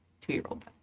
two-year-old